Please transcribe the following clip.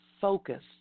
focus